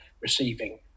receiving